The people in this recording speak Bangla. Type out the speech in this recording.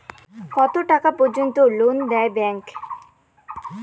কত টাকা পর্যন্ত লোন দেয় ব্যাংক?